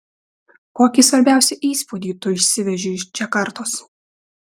kokį svarbiausią įspūdį tu išsiveži iš džakartos